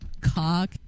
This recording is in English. cock